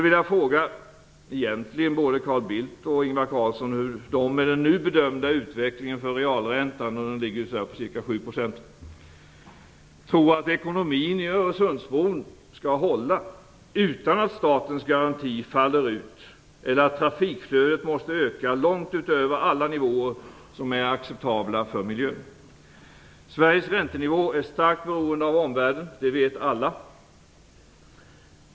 Carlsson hur de med den nu bedömda utvecklingen för realräntan - den ligger på ca 7 %- tror att ekonomin i Öresundsbron skall hålla utan att statens garanti faller ut eller att trafikflödet måste öka långt utöver alla nivåer som är acceptabla för miljön. Sveriges räntenivå är starkt beroende av omvärldens - det vet alla.